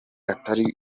atari